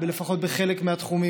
לפחות בחלק מהתחומים,